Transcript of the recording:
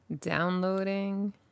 downloading